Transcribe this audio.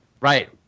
Right